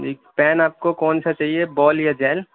جی pen آپ کو کونسا چاہیے بال یا جیل